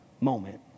moment